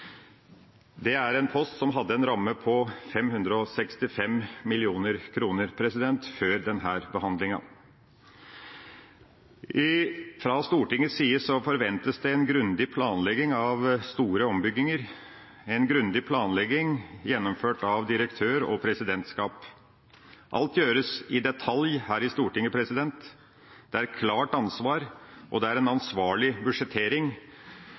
Det er en post som hadde en ramme på 565 mill. kr før denne behandlinga. Fra Stortingets side forventes det en grundig planlegging av store ombygginger – en grundig planlegging gjennomført av direktør og presidentskap. Alt gjøres i detalj her i Stortinget, det er et klart ansvar, og det er en ansvarlig budsjettering.